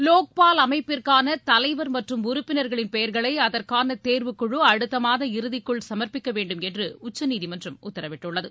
லோக்பால் அமைப்பிற்கான தலைவர் மற்றும் உறுப்பினர்களின் அதற்கான தேர்வுகுழு அடுத்த மாதம் இறுதிக்குள் சமர்ப்பிக்கவேண்டும் என்று உச்சநீதிமன்றம் உத்தரவிட்டுள்ளது